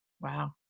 Wow